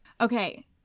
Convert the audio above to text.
Okay